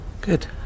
Good